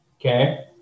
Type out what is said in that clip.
okay